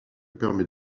permet